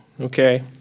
okay